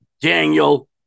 Daniel